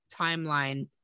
timeline